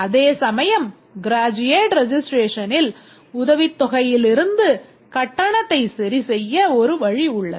அதேசமயம் graduate registration ல் உதவித்தொகையிலிருந்து கட்டணத்தை சரிசெய்ய ஒரு வழி உள்ளது